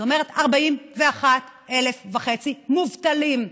זה אומר 41,000 מובטלים.